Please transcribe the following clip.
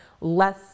less